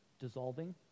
dissolving